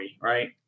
right